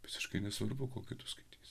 visiškai nesvarbu kokių tu skaitysi